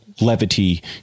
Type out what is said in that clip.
levity